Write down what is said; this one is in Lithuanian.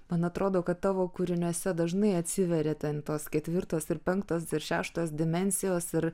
man atrodo kad tavo kūriniuose dažnai atsiveria ten tos ketvirtos ir penktos šeštos dimensijos ir